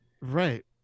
Right